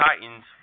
Titans